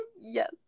Yes